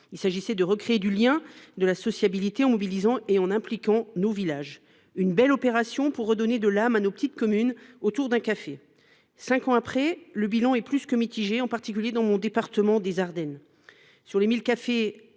Le but était de recréer du lien, de la sociabilité, en mobilisant et en impliquant nos villages. Cette belle opération visait à redonner de l’âme à nos petites communes autour d’un café. Cinq ans plus tard, le bilan est plus que mitigé, en particulier dans le département des Ardennes. Sur les 1 000 cafés